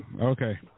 Okay